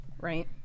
right